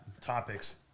topics